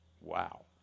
Wow